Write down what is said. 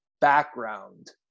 background